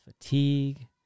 fatigue